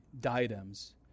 diadems